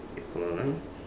hold on ah